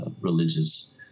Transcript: religious